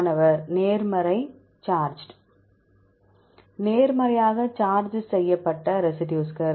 மாணவர் நேர்மறை சார்ஜ்டு நேர்மறையாக சார்ஜ் செய்யப்பட்ட ரெசிடியூஸ்கள்